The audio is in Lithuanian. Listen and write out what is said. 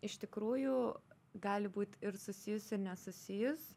iš tikrųjų gali būt ir susijus ir nesusijus